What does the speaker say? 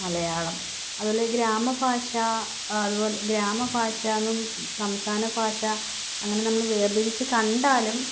മലയാളം അതുപോലെ ഗ്രാമഭാഷ അതുപോലെ ഗ്രാമ ഭാഷായെന്നും സംസ്ഥാന ഭാഷ അങ്ങനെ നമ്മൾ വേർതിരിച്ച് കണ്ടാലും